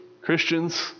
Christians